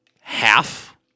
half